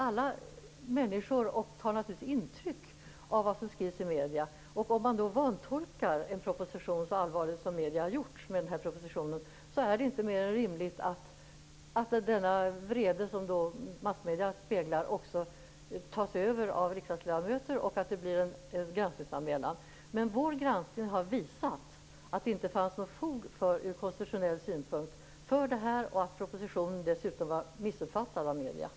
Alla människor tar naturligtvis intryck av medierna. Om medierna då vantolkar en proposition så allvarligt som de har gjort i fråga om denna, så är det inte mer än rimligt att den vrede de speglar också tas över av riksdagsledamöter, och att det blir en granskningsanmälan. Men vår granskning har visat att det ur konstitutionell synpunkt inte fanns något fog för det här, och att propositionen dessutom var missuppfattad av medierna.